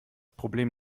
problem